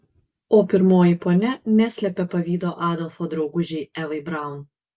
o pirmoji ponia neslėpė pavydo adolfo draugužei evai braun